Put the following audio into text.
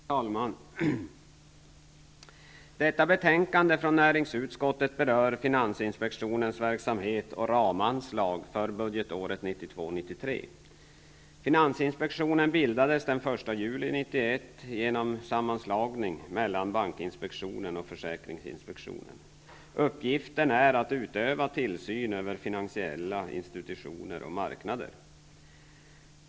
Herr talman! Detta betänkande från näringsutskottet berör finansinspektionens verksamhet och ramanslag för budgetåret 1992/93. Finansinspektionen bildades den 1 juli 1991 genom sammanslagning av bankinspektionen och försäkringsinspektionen. Uppgiften är att utöva tillsyn över finansiella institutioner och marknader.